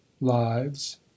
lives